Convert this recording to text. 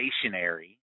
stationary